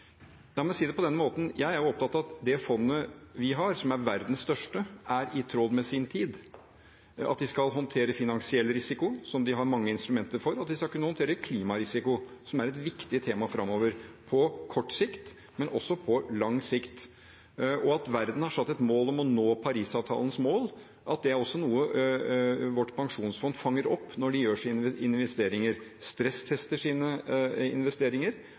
La meg si det på denne måten: Jeg er opptatt av at det fondet vi har, som er verdens største, er i tråd med sin tid – at det skal håndtere finansiell risiko, som det har mange instrumenter for, og at det skal kunne håndtere klimarisiko, som er et viktig tema framover, på kort sikt og også på lang sikt. At verden har satt et mål om å nå Parisavtalens mål, er noe som fanges opp i vårt pensjonsfond, når de gjør sine investeringer, stresstester sine investeringer